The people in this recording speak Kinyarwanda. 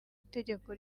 itegeko